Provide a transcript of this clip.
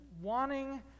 wanting